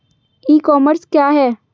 ई commerce क्या है?